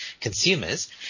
consumers